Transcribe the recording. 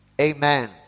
amen